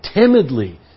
timidly